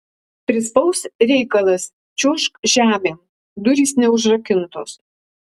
prispaus reikalas čiuožk žemėn durys neužrakintos